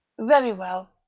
very well.